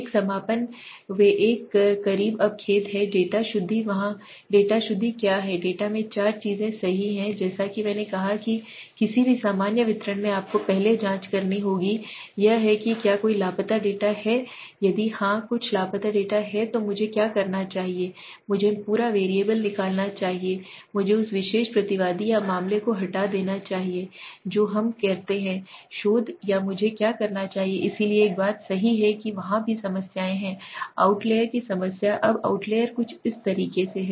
एक समापन वे एक करीब अब खेद है डेटा शुद्धि वहाँ डेटा शुद्धि क्या है डेटा में चार चीजें सही हैं जैसा कि मैंने कहा कि किसी भी सामान्य वितरण में आपको पहले जांच करनी होगी यह है कि क्या कोई लापता डेटा है यदि हाँ कुछ लापता डेटा है तो मुझे क्या करना चाहिए मुझे पूरा वैरिएबल निकालना चाहिए मुझे उस विशेष प्रतिवादी या मामले को हटा देना चाहिए जो हम कहते हैं शोध या मुझे क्या करना चाहिए इसलिए एक बात सही है कि वहाँ भी समस्याएं हैं आउटलेयर की समस्या अब आउटलेयर कुछ इस तरह हैं